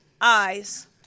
eyes